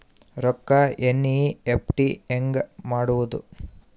ರೊಕ್ಕ ಎನ್.ಇ.ಎಫ್.ಟಿ ಹ್ಯಾಂಗ್ ಮಾಡುವುದು?